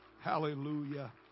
Hallelujah